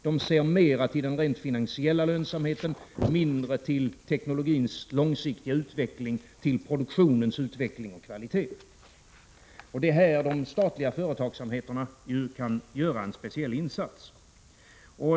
De ser mer till den rent finansiella lönsamheten och mindre till teknologins långsiktiga utveckling, produktionens utveckling och kvalitet. Det är här de statliga företagen kan göra en speciell insats.